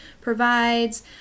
provides